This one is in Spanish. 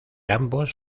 ambos